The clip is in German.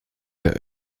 der